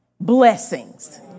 blessings